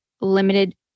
limited